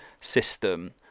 system